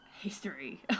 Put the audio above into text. history